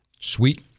sweet